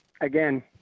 again